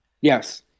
yes